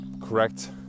correct